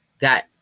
got